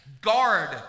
Guard